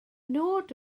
nod